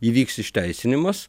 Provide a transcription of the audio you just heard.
įvyks išteisinimas